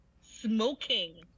smoking